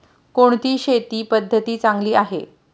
कोणती शेती पद्धती चांगली आहे?